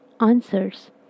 answers